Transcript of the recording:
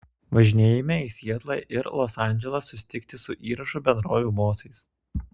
važinėjome į sietlą ir los andželą susitikti su įrašų bendrovių bosais